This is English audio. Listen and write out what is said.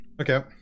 Okay